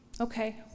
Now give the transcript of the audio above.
Okay